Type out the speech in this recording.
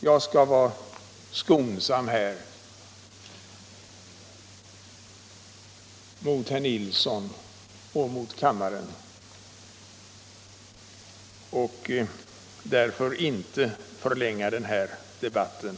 Jag skall vara skonsam mot herr Nilsson och mot kammarens ledamöter i övrigt och inte onödigtvis förlänga debatten.